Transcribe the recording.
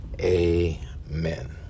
amen